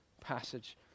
passage